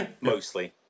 mostly